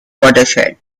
watershed